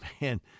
man